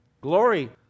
Glory